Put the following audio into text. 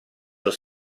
allo